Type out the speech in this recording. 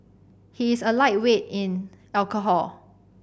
he is a lightweight in alcohol